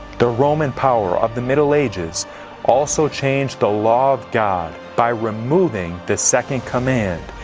the roman power of the middle ages also changed the law of god by removing the second command,